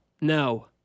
No